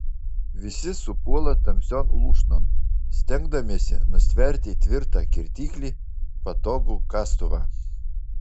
visi supuola tamsion lūšnon stengdamiesi nustverti tvirtą kirtiklį patogų kastuvą